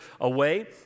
away